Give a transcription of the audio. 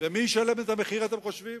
ומי ישלם את המחיר, אתם חושבים?